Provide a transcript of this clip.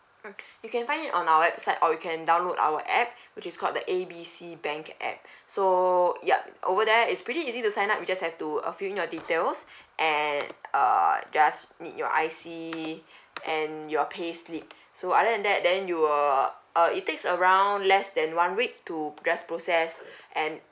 mm you can find it on our website or you can download our app which is called the A B C bank app so yup over there it's pretty easy to sign up you just have to uh fill in your details and err just need your I_C and your pay slip so other than that then you'll uh it takes around less than one week to get process and